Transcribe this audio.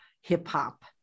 hip-hop